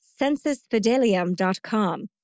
censusfidelium.com